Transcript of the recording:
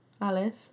alice